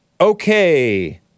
Okay